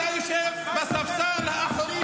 כן או לא --- אתה יושב בספסל האחורי